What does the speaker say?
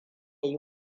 yi